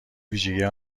ویژگیهای